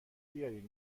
بیارین